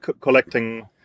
collecting